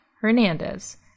Hernandez